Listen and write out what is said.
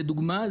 לדוגמא,